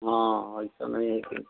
हाँ ऐसे नहीं है कि